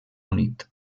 unit